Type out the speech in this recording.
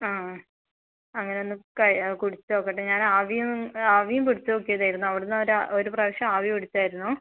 ആ അങ്ങനെയൊന്ന് കുടിച്ചു നോക്കട്ടെ ഞാൻ ആവിയും ആവിയും പിടിച്ചു നോക്കിയതായിരുന്നു അവിടുന്ന് ഒരു പ്രാവശ്യം ആവിപിടിച്ചായിരുന്നു